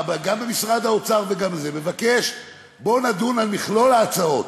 גם במשרד האוצר אני מבקש: בואו נדון על מכלול ההצעות,